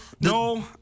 no